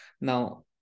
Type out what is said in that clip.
Now